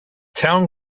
town